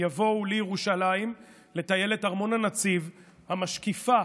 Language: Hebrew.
יבואו לירושלים לטיילת ארמון הנציב המשקיפה